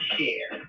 Share